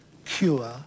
cure